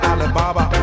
Alibaba